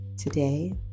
today